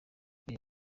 uyu